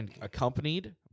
accompanied